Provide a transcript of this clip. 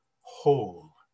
whole